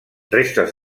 restes